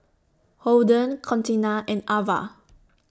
Holden Contina and Avah